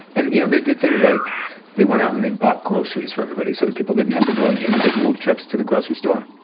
and you know they did things like they went out and they bought groceries for everybody so that people didn't have to go on individual trips to the grocery store.